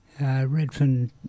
Redfern